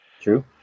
True